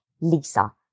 Lisa